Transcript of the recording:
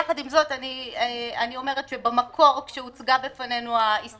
יחד עם זאת, במקור, כשהוצגה בפנינו ההסתייגות,